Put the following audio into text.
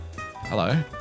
Hello